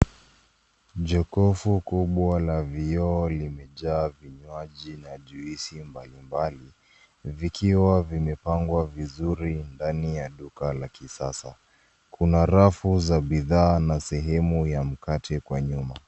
Jukufu kubwa la vioo limejaa vinywaji na juisi mbalimbali, vikiwa vimepangwa vizuri ndani ya duka la kisasa. Kuna rafu za bidhaa na sehemu ya mkate kwa nyuma.